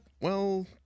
well-